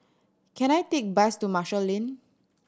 can I take bus to Marshall Lane